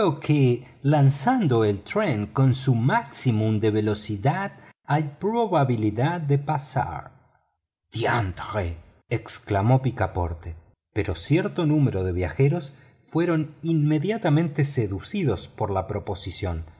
que lanzando el tren con su máxima velocidad hay probabilidad de pasar diantre exclamó picaporte pero cierto número de viajeros fueron inmediatamente seducidos por la proposición